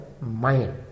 mind